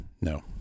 No